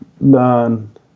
learn